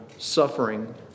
Suffering